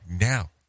now